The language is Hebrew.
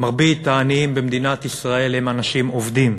מרבית העניים במדינת ישראל הם אנשים עובדים.